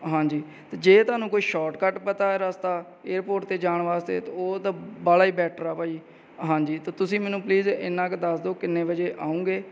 ਹਾਂਜੀ ਅਤੇ ਜੇ ਤੁਹਾਨੂੰ ਕੋਈ ਸ਼ੋਰਟਕੱਟ ਪਤਾ ਰਸਤਾ ਏਅਰਪੋਰਟ 'ਤੇ ਜਾਣ ਵਾਸਤੇ ਤਾਂ ਉਹ ਤਾਂ ਵਾਹਲਾ ਹੀ ਬੈਟਰ ਆ ਭਾਅ ਜੀ ਹਾਂਜੀ ਅਤੇ ਤੁਸੀਂ ਮੈਨੂੰ ਪਲੀਜ਼ ਇੰਨਾ ਕੁ ਦੱਸ ਦਿਓ ਕਿੰਨੇ ਵਜੇ ਆਉਂਗੇ